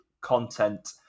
content